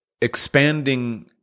expanding